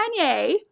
Kanye